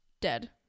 dead